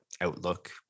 outlook